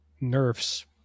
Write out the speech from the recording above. nerfs